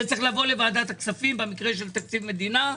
זה צריך לבוא לוועדת הכספים במקרה של תקציב מדינה.